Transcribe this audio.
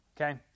Okay